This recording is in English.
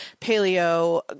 paleo